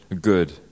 good